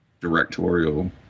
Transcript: directorial